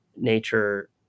nature